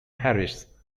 harris